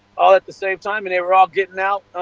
all at the same time, and they were all getting out,